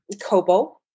Kobo